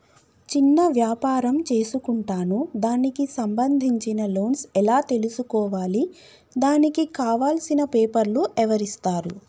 చిన్న వ్యాపారం చేసుకుంటాను దానికి సంబంధించిన లోన్స్ ఎలా తెలుసుకోవాలి దానికి కావాల్సిన పేపర్లు ఎవరిస్తారు?